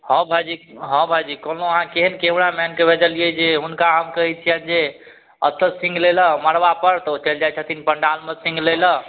हँ भाइजी हँ भाइजी कहलहुँ अहाँ केहन कैमरामैनके भेजेलिए जे हुनका हम कहै छिअनि जे एतऽ सीन लै ले मड़बापर तऽ ओ चलि जाइ छथिन पण्डालमे सीन लै ले